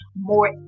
more